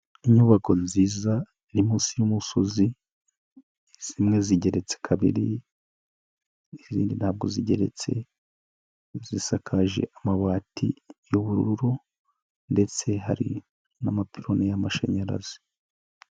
Inyubako nziza iri munsi y'umusozi, zimwe zigeretse kabiri izindi ntabwo zigeretse, zisakaje amabati y'ubururu ndetse hari n'amapironi y'amashanyarazi.